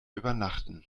übernachten